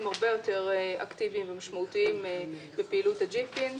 הרבה יותר אקטיביים ומשמעותיים בפעילות ה-GIFIN.